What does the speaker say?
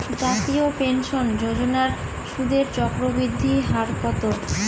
জাতীয় পেনশন যোজনার সুদের চক্রবৃদ্ধি হার কত?